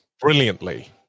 brilliantly